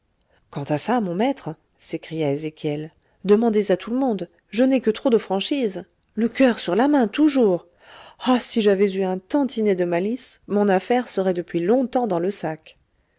quant à ça mon maître s'écria ezéchiel demandez à tout le monde je n'ai que trop de franchise le coeur sur la main toujours ah si j'avais eu un tantinet de malice mon affaire serait depuis longtemps dans le sac